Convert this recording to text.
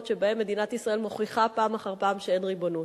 שבהם מדינת ישראל מוכיחה פעם אחר פעם שאין ריבונות: